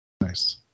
Nice